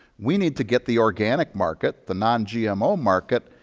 we need to get the organic market, the non-gmo market.